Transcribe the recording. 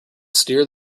steer